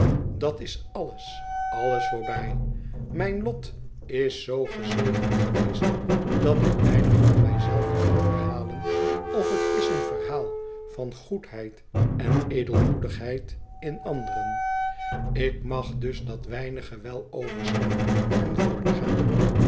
dat is alles alles voorbij mijn lot is zoo gezegend geweest dat ik weinig van mij zelve kan verhalen of het is een verhaal van goedheid en edelmoedigheid in anderen ik mag dus dat weinige wel overslaan en voortgaan